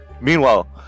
Meanwhile